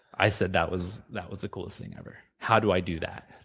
i said that was that was the coolest thing ever. how do i do that?